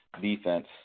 defense